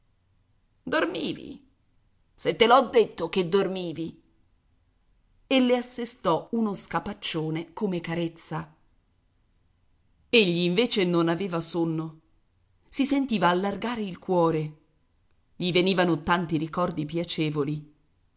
dormivi se te l'ho detto che dormivi e le assestò uno scapaccione come carezza egli invece non aveva sonno si sentiva allargare il cuore gli venivano tanti ricordi piacevoli